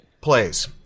plays